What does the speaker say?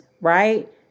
right